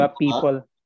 People